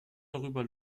darüber